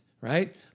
right